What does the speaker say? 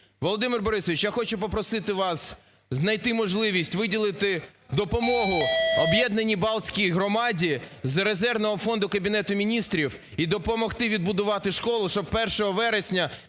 Володимире Борисовичу, я хочу попросити вас знайти можливість виділити допомогу об'єднаній балтській громаді з резервного фонду Кабінету Міністрів і допомогти добудувати школу, щоб 1 вересня